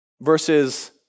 versus